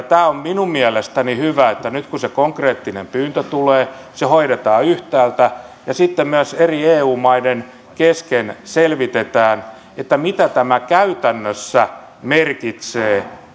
tämä kahdennensadannenkahdennenkymmenennentoisen minun mielestäni on hyvä että nyt kun se konkreettinen pyyntö tulee se hoidetaan yhtäältä ja sitten myös eri eu maiden kesken selvitetään mitä tällainen pyyntö käytännössä merkitsee